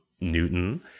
Newton